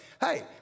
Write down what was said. Hey